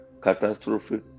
catastrophe